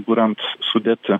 kuriant sudėtį